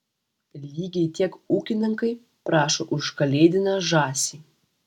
lygiai tiek ūkininkai prašo už kalėdinę žąsį